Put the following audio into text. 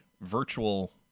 virtual